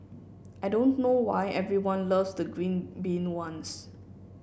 I don't know why everyone loves the green bean ones